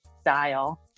style